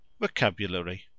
Vocabulary